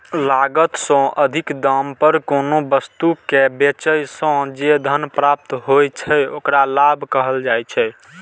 लागत सं अधिक दाम पर कोनो वस्तु कें बेचय सं जे धन प्राप्त होइ छै, ओकरा लाभ कहल जाइ छै